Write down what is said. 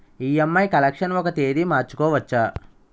EMI collection ఒక తేదీ మార్చుకోవచ్చా?